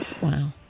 Wow